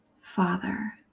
Father